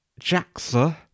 JAXA